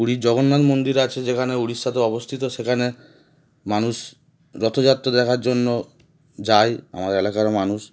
পুরীর জগন্নাথ মন্দির আছে যেখানে উড়িষ্যতে অবস্থিত সেখানে মানুষ রথযাত্র দেখার জন্য যায় আমার এলাকারও মানুষ